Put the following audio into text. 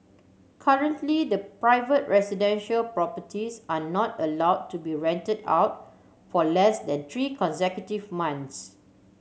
currently private residential properties are not allowed to be rented out for less than three consecutive months